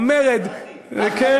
"המרד" קראתי.